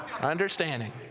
Understanding